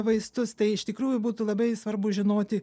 vaistus tai iš tikrųjų būtų labai svarbu žinoti